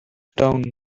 down